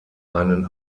einen